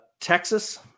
Texas